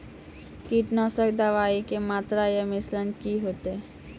कीटनासक दवाई के मात्रा या मिश्रण की हेते?